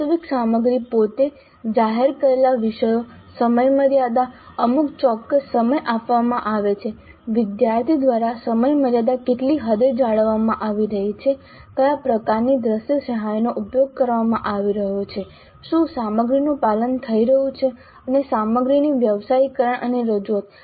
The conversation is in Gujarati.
વાસ્તવિક સામગ્રી પોતે જાહેર કરેલા વિષયો સમયમર્યાદા અમુક ચોક્કસ સમય આપવામાં આવે છે વિદ્યાર્થી દ્વારા સમયમર્યાદા કેટલી હદે જાળવવામાં આવી રહી છે કયા પ્રકારની દ્રશ્ય સહાયનો ઉપયોગ કરવામાં આવી રહ્યો છે શું સામગ્રીનું પાલન થઈ રહ્યું છે અને સામગ્રીની વ્યાવસાયીકરણ અને રજૂઆત